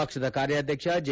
ಪಕ್ಷದ ಕಾರ್ಯಾಧ್ಯಕ್ಷ ಜೆ